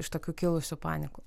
iš tokių kilusių panikų